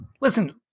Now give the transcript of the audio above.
listen